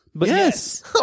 Yes